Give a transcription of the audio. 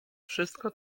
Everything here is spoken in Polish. wszystko